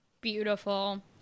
Beautiful